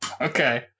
Okay